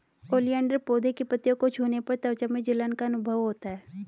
oleander पौधे की पत्तियों को छूने पर त्वचा में जलन का अनुभव होता है